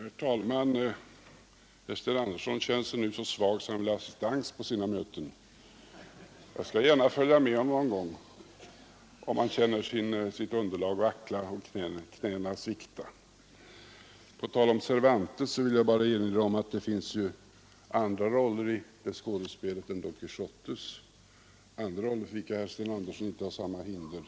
Herr talman! Herr Sten Andersson känner sig nu så svag att han vill ha assistans på sina möten. Jag skall gärna följa med någon gång, om han känner sitt underlag vackla och knäna svikta. På tal om Cervantes vill jag bara erinra om att det finns andra roller i skådespelet än Don Quijotes, andra roller för vilka herr Sten Andersson inte kan finna hinder.